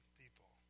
people